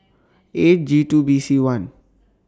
eight G two B C one